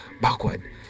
backward